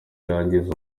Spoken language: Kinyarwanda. yangiza